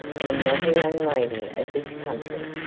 am not a young lady of this country.